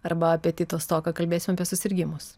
arba apetito stoką kalbėsim apie susirgimus